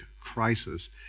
crisis